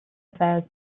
affairs